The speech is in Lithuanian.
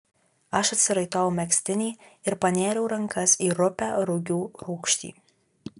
aš atsiraitojau megztinį ir panėriau rankas į rupią rugių rūgštį